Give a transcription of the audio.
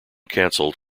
cancelled